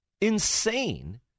insane